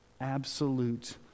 absolute